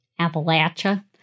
Appalachia